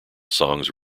songs